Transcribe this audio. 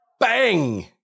Bang